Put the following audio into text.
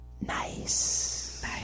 nice